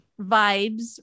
vibes